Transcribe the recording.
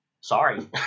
Sorry